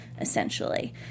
essentially